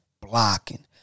blocking